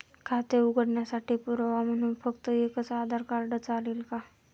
खाते उघडण्यासाठी पुरावा म्हणून फक्त एकच आधार कार्ड चालेल का?